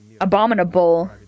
abominable